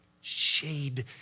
shade